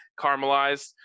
caramelized